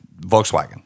Volkswagen